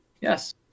Yes